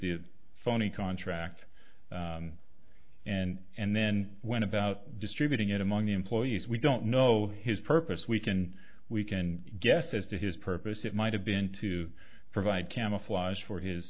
the phony contract and then went about distributing it among the employees we don't know his purpose we can we can guess as to his purpose it might have been to provide camouflage for his